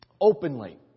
Openly